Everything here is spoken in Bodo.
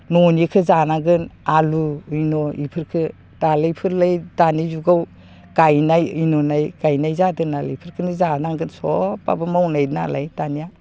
न'निखौ जानांगोन आलु इन' बेफोरखौ दालिफोरलाय दानि जुगाव गायनाय नुनाय गायनाय जादों नालाय बेफोरखौनो जानांगोन सबाबो मावनाय नालाय दानिया